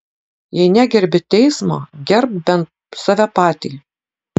jei negerbi teismo gerbk bent save patį